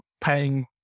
paying